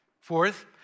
Fourth